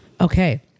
okay